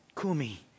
Kumi